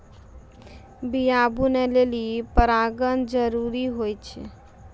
बीया बनै लेलि परागण जरूरी होय छै